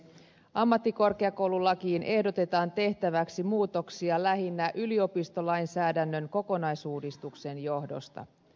ammattikorkeakoululakiin ehdotetaan tehtäväksi muutoksia lähinnä yliopistolainsäädännön kokonaisuudistuksen johdosta